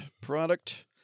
product